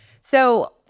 So-